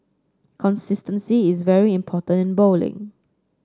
consistency is very important in bowling